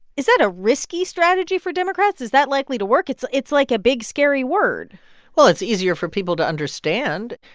is that a risky strategy for democrats? is that likely to work? it's it's like a big, scary word well, it's easier for people to understand.